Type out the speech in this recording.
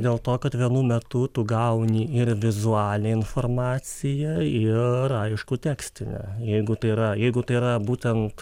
dėl to kad vienu metu tu gauni ir vizualią informaciją ir aišku tekstinę jeigu tai yra jeigu tai yra būtent